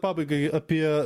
pabaigai apie